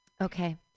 okay